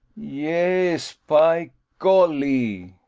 yes, py golly.